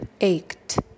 ached